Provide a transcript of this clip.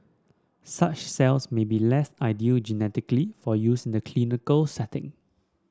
such cells might be less ideal genetically for use in the clinical setting